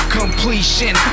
completion